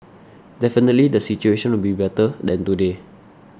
definitely the situation will be better than today